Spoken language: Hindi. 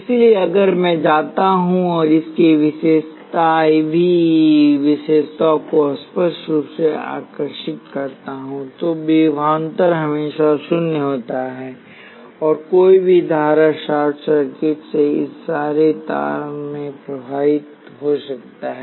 इसलिए अगर मैं जाता हूं और इसकी IV विशेषता को स्पष्ट रूप से आकर्षित करता हूं तो विभवांतर हमेशा शून्य होता है और कोई भी धारा शॉर्ट सर्किट से इस सारे तार में प्रवाहित हो सकता है